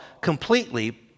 completely